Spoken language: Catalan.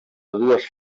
dues